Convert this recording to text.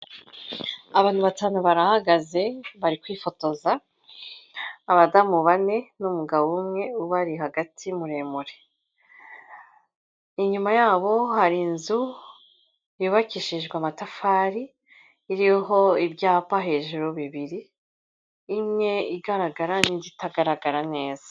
Abantu batanu barahagaze bari kwifotoza abadamu bane n'umugabo umwe ubari hagati muremure, inyuma yabo hari inzu yubakishijwe amatafari iriho ibyapa hejuru bibiri, imwe igaragara n'indi itagaragara neza.